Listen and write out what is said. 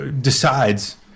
decides